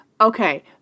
Okay